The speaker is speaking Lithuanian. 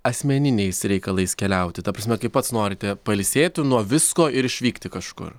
asmeniniais reikalais keliauti ta prasme kai pats norite pailsėti nuo visko ir išvykti kažkur